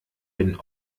bin